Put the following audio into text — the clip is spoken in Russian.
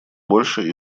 больше